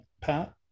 pat